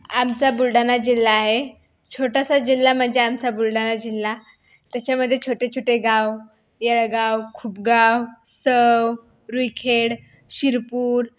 आमचा बुलढाणा जिल्हा आहे छोटासा जिल्हा म्हणजे आमचा बुलढाणा जिल्हा त्याच्यामध्ये छोटे छोटे गाव येळगाव खूपगाव सव रुईखेड शिरपूर